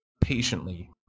patiently